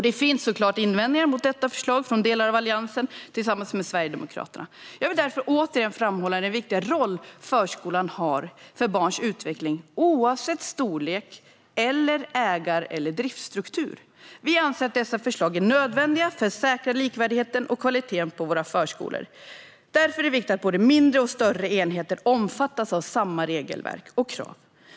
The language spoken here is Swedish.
Det finns såklart invändningar mot detta förslag från delar av Alliansen tillsammans med Sverigedemokraterna. Jag vill därför återigen framhålla den viktiga roll förskolan har för barns utveckling, oavsett storlek eller ägar eller driftsstruktur. Vi anser att dessa förslag är nödvändiga för att säkra likvärdigheten och kvaliteten på våra förskolor. Därför är det viktigt att både mindre och större enheter omfattas av samma regelverk och krav.